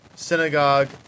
Synagogue